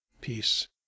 Peace